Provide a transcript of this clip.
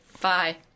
Bye